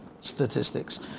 statistics